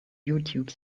youtube